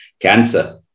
cancer